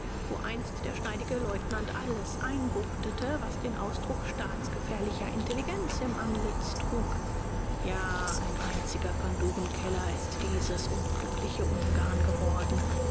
wo einst der schneidige leutnant alles einbuchtete was den ausdruck staatsgefährlicher intelligenz im antlitz trug ja ein einziger panduren-keller ist dieses unglückliche ungarn geworden